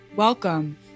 Welcome